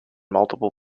multiple